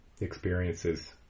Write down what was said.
experiences